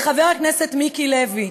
לחבר הכנסת מיקי לוי,